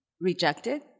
rejected